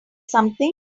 something